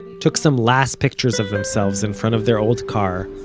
took some last pictures of themselves in front of their old car,